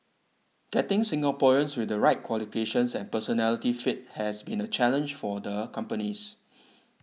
getting Singaporeans with the right qualifications and personality fit has been a challenge for the companies